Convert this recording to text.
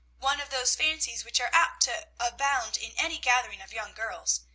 one of those fancies which are apt to abound in any gathering of young girls.